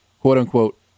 quote-unquote